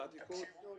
ירים את ידו.